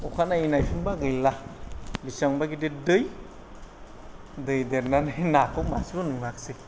अखानायै नायफिनब्ला गैला बिसिबांबा गिदिर दै दै देरनानै नाखौ मासेबो नुवाख्सै